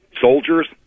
soldiers